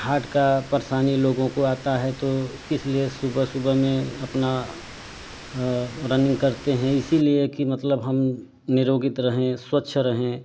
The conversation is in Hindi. हार्ट का परेशानी लोगों को आता है तो किसलिए सुबह सुबह में अपना रनिंग करते हैं इसीलिए कि हम निरोगित रहें स्वच्छ रहें